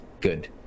good